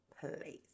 place